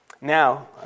Now